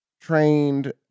trained